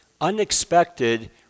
unexpected